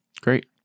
Great